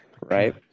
right